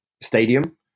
stadium